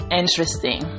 interesting